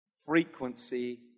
Frequency